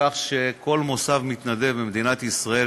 כך שכל מוסד מתנדב במדינת ישראל,